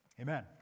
Amen